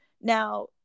Now